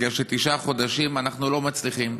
כי תשעה חודשים אנחנו לא מצליחים.